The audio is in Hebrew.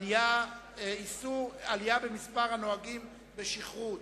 עלייה במספר הנוהגים בשכרות.